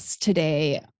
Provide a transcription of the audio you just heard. today